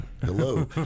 hello